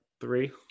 three